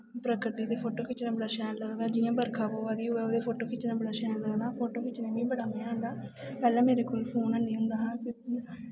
प्रकृति दे फोटो खिच्चना बड़ा शैल लगदा जि'यां बरखा पवा दी होऐ ओह्दे फोटो खिच्चना बड़ा शैल लगदा फोटो खिच्चने दा मिगी बड़ा मजा आंदा पैह्लैं मेरे कोल फोन हैन्नी होंदा हा